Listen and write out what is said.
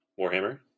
Warhammer